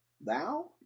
thou